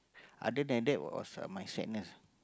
other than that was uh my sadness